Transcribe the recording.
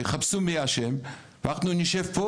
יחפשו מי אשם, אנחנו נשב פה